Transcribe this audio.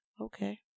Okay